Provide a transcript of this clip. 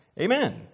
Amen